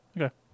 okay